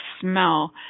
smell